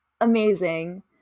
amazing